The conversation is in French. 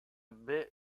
baie